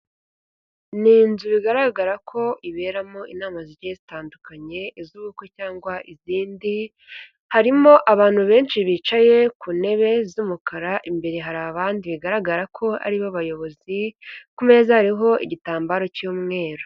Ni inzu bigaragara ko iberamo inama zigiye zitandukanye, iz'ubukwe cyangwa izindi, harimo abantu benshi bicaye ku ntebe z'umukara, imbere hari abandi bigaragara ko ari bo bayobozi, ku meza hariho igitambaro cy'umweru.